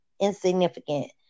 insignificant